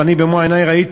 ואני במו-עיני ראיתי,